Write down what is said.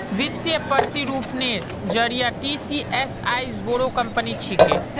वित्तीय प्रतिरूपनेर जरिए टीसीएस आईज बोरो कंपनी छिके